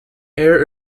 air